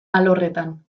alorretan